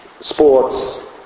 sports